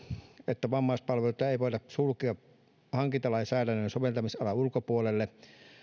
että vammaispalveluita ei voida sulkea hankintalainsäädännön soveltamisalan ulkopuolelle